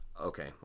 Okay